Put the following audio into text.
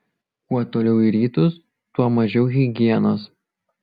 kuo toliau į rytus tuo mažiau higienos